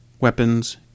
weapons